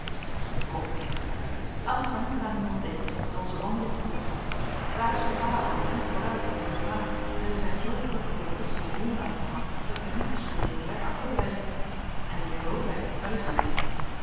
kom zeide tante laat ons maar niet meer aan dien man denken en onze wandeling voortzetten daar is van baalen al een eind vooruit met den heer blaek en zij zijn zoo druk over den wissel op londen aan den gang dat zij niet bespeuren dat wij achterblijven en de heer lodewijk waar is die